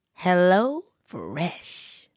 HelloFresh